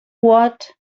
what